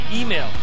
email